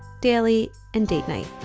daily and date night.